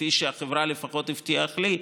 לפחות כפי שהחברה הבטיחה לי,